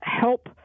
help